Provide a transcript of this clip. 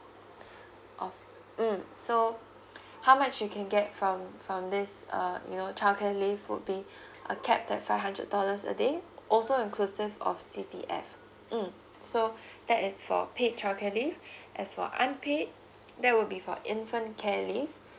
of mm so how much you can get from from this err you know childcare leave would be a cap at five hundred dollars a day also inclusive of C_P_F mm so that is for paid childcare leave as for unpaid that will be for infant care leave